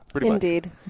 Indeed